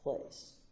place